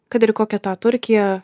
kad ir į kokią tą turkiją